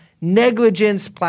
negligence